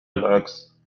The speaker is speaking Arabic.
العكس